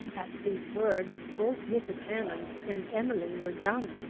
at these words both mrs. hammond and emily were dumb.